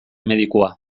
medikua